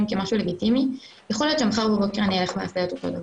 כמשהו לגיטימי יכול להיות שמחר בבוקר אני אלך ואעשה את אותו דבר.